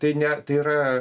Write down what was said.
tai ne tai yra